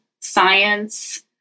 science